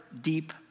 deep